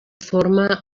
forma